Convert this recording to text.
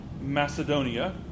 Macedonia